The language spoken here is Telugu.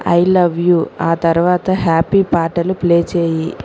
ఐ లవ్ యు ఆ తరువాత హ్యాపీ పాటలు ప్లే చేయి